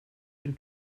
den